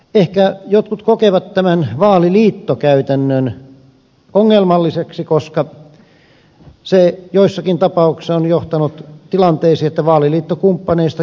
ehkä jotkut kokevat tämän vaaliliittokäytännön ongelmalliseksi koska se joissakin tapauksissa on johtanut tilanteeseen että vaaliliittokumppaneista jompikumpi kärsii